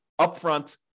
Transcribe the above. upfront